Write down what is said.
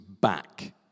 back